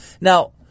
Now